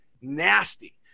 nasty